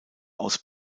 aus